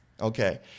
Okay